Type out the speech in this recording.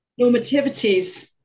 normativities